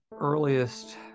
earliest